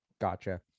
Gotcha